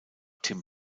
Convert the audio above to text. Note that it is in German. tim